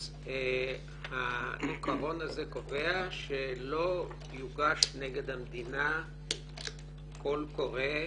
אז העיקרון הזה קובע שלא יוגש נגד המדינה קול קורא,